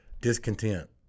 discontent